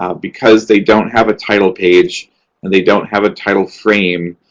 um because they don't have a title page and they don't have a title frame,